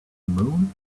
moon